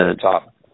Top